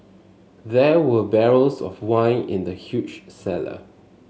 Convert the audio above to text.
there were barrels of wine in the huge cellar